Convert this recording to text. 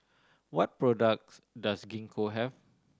what products does Gingko have